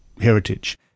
heritage